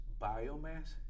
biomass